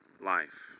life